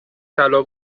طلا